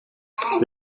sitting